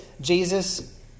Jesus